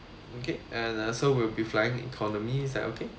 okay and uh so we'll be flying economy is that okay